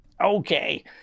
Okay